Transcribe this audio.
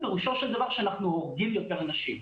פירושו של דבר שאנחנו הורגים יותר אנשים,